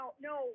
No